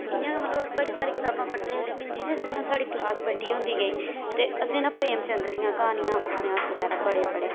इयां ते मतलब अस बड़ीं सारी किताबा पढ़दे हे लेकिन जियां जियां साढ़ी कलास बड़ी होंदी गेई ते असें ना प्रेमचंद दियां क्हानी उपन्यास बगैरा बडे़ पढे़